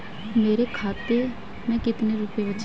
मेरे खाते में कितने रुपये बचे हैं?